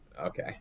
Okay